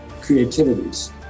creativities